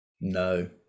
no